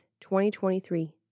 2023